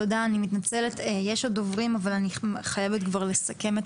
אני מתנצלת, יש עוד דוברים אבל אני חייבת לסכם את